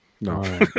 No